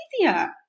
easier